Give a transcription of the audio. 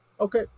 Okay